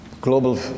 global